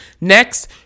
Next